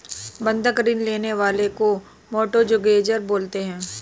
बंधक ऋण लेने वाले को मोर्टगेजेर बोलते हैं